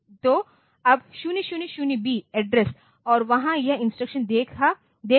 तो अब 000b address और वहाँ यह इंस्ट्रक्शन देख रहा है